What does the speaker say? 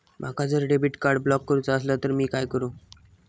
माका जर debit card block करूचा असला तर मी काय करू?